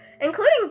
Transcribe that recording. Including